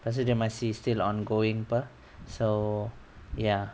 dia masih still ongoing [pe] so ya